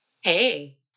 hey